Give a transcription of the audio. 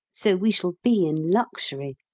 so we shall be in luxury.